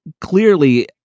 clearly